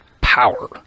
power